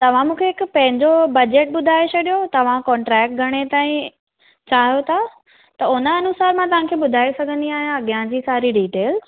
तव्हां मूंखे हिकु पंहिंजो बजट ॿुधाए छॾियो तव्हां कॉट्रेक्ट घणे ताईं चाहियो था त उन अनुसार मां तव्हांखे ॿुधाए सघंदी आहियां अॻियां जी सारी डीटेल्स